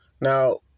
Now